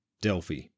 Delphi